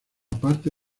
parte